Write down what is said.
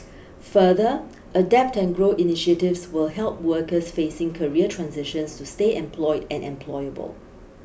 further Adapt and Grow initiatives will help workers facing career transitions to stay employed and employable